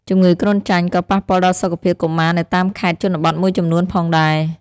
ជំងឺគ្រុនចាញ់ក៏ប៉ះពាល់ដល់សុខភាពកុមារនៅតាមខេត្តជនបទមួយចំនួនផងដែរ។